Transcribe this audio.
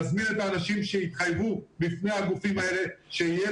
תזמין שהתחייבו בפני הגופים האלה שיהיה